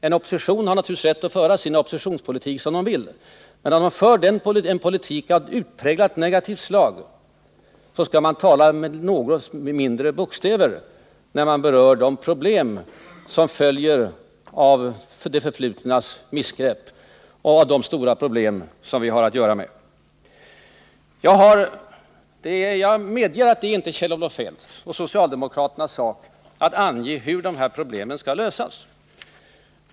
En opposition har naturligtvis rätt att föra sin oppositionspolitik som den vill. Men om man för en politik av utpräglat negativt slag, skall man tala med något mindre bokstäver när man berör de stora problem att minska utlandsupplåningen att minska utlandsupplåningen som blivit en följd av de förflutnas missgrepp som vi nu har att göra med. Jag medger att det inte är Kjell-Olof Feldts och socialdemokraternas sak att ange hur problemen skall lösas.